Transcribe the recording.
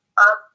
up